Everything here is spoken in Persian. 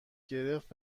گرفت